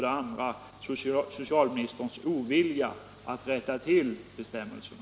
Det andra är att socialministern visar ovilja att rätta till bristerna i bestämmelserna.